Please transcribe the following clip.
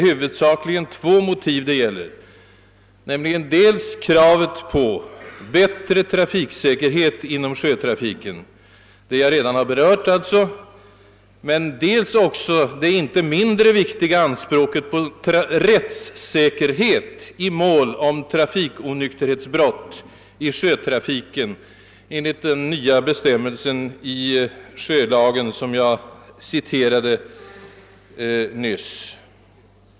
Huvudsakligen gäller det två motiv, nämligen dels kravet på bättre trafiksäkerhet inom sjötrafiken — vilket jag alltså redan berört — dels också det inte mindre viktiga anspråket på rättssäkerhet i mål om trafikonykterhetsbrott i sjötrafiken enligt den nya bestämmelse i sjölagen, som jag nyss citerade.